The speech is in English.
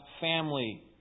family